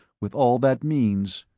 with all that means.